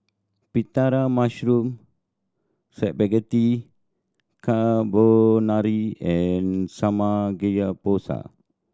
Pita Mushroom Spaghetti Carbonara and Samgyeopsal